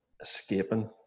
escaping